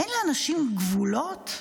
אין לאנשים גבולות?